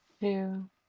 two